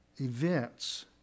events